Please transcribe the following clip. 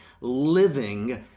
living